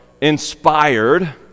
inspired